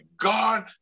God